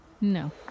no